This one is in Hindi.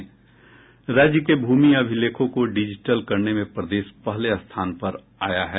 राज्य के भूमि अभिलेखों को डिजिटल करने में प्रदेश पहले स्थान पर आया है